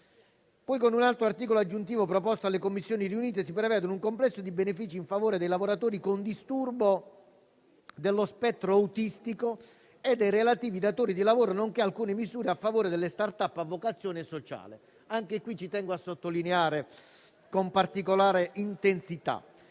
Con un altro articolo aggiuntivo proposto dalle Commissioni riunite, si prevedono un complesso di benefici in favore dei lavoratori con disturbo dello spettro autistico e dei relativi datori di lavoro nonché alcune misure in favore delle start-up a vocazione sociale. Si tratta di una modifica che porta anche